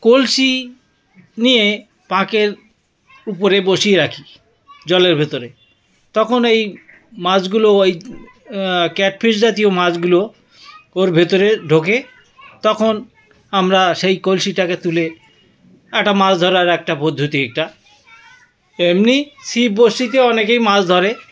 কলসি নিয়ে পাঁকের উপরে বসিয়ে রাখি জলের ভিতরে তখন ওই মাছগুলো ওই ক্যাট ফিশ জাতীয় মাছগুলো ওর ভিতরে ঢোকে তখন আমরা সেই কলসিটাকে তুলে একটা মাছ ধরার একটা পদ্ধতি এটা এমনই ছিপ বড়শিতে অনেকেই মাছ ধরে